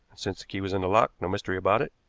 since the key was in the lock, no mystery about it,